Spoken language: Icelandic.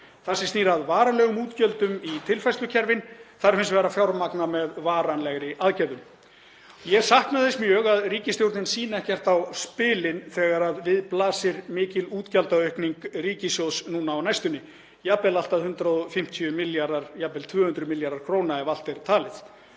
Það sem snýr að varanlegum útgjöldum í tilfærslukerfin þarf hins vegar að fjármagna með varanlegri aðgerðum. Ég hef saknað þess mjög að ríkisstjórnin sýni á spilin þegar við blasir mikil útgjaldaaukning ríkissjóðs núna á næstunni, allt að 150 milljarðar, jafnvel 200 milljarðar kr. ef allt er talið.